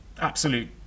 absolute